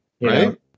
Right